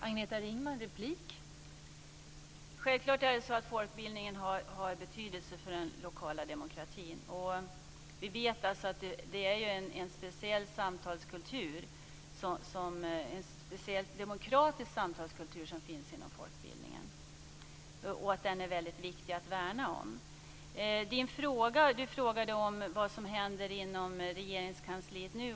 Fru talman! Självklart har folkbildningen betydelse för den lokala demokratin. Vi vet ju att det är en speciell demokratisk samtalskultur som finns inom folkbildningen och att det är väldigt viktigt att värna om den. Dan Kihlström frågade vad som händer i Regeringskansliet nu.